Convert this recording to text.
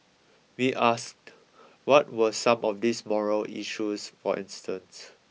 we asked what were some of these morale issues for instance